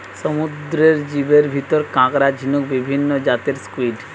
সমুদ্রের জীবের ভিতরে কাকড়া, ঝিনুক, বিভিন্ন জাতের স্কুইড,